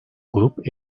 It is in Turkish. grup